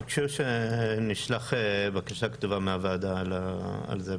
ביקשו שנשלח בקשה כתובה מהוועדה על זה,